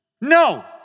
No